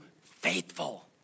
faithful